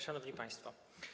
Szanowni Państwo!